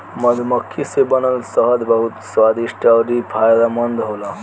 मधुमक्खी से बनल शहद बहुत स्वादिष्ट अउरी फायदामंद होला